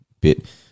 bit